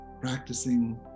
practicing